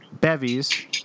bevies